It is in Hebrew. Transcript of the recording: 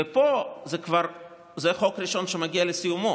ופה זה חוק ראשון שמגיע לסיומו,